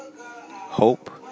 hope